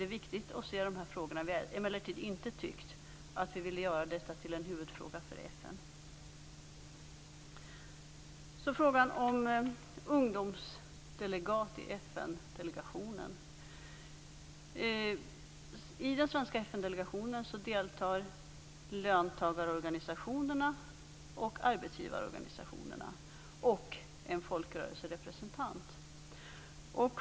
Vi har emellertid inte velat göra detta till en huvudfråga för FN. Frågan om ungdomsdelegat i FN-delegationen har tagits upp. I den svenska FN-delegationen deltar löntagarorganisationerna, arbetsgivarorganisationerna och en folkrörelserepresentant.